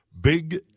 Big